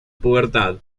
pubertad